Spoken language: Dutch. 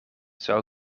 zou